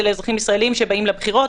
זה לאזרחים ישראלים שבאים לבחירות,